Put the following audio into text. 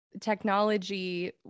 technology